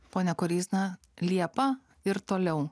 pone koryzna liepa ir toliau